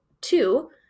two